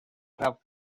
have